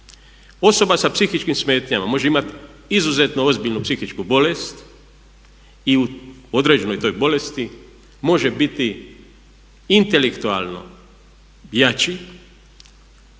Osoba sa psihičkim smetnjama može imati izuzetno ozbiljnu psihičku bolest i u određenoj toj bolesti može biti intelektualno jači,